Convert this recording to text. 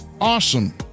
awesome